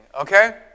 okay